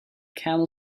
camel